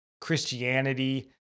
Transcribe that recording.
Christianity